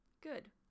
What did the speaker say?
Good